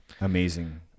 Amazing